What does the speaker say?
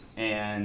and